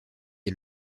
est